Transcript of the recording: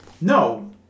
no